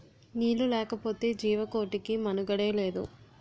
నీళ్లు లేకపోతె జీవకోటికి మనుగడే లేదు